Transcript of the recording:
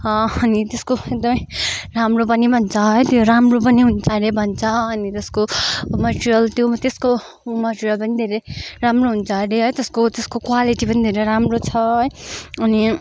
अनि त्यसको एकदमै राम्रो पनि भन्छ त्यो राम्रो पनि हुन्छ अरे भन्छ अनि त्यसको मटेरियल त्यो त्यसको मटेरियल पनि राम्रो हुन्छ अरे है त्यसको त्यसको क्वालिटी पनि धेरै राम्रो छ है अनि